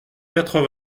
quatre